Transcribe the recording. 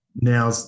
now